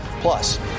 Plus